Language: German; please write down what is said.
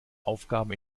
aufgaben